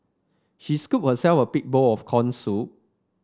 she scooped herself a big bowl of corn soup